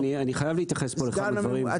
שנייה, אני חייב להתייחס פה לכמה דברים, ברשותך.